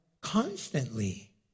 constantly